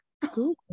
Google